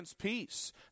Peace